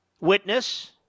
witness